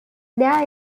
there